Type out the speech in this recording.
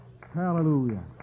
Hallelujah